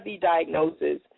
diagnosis